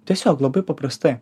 tiesiog labai paprastai